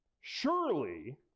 Surely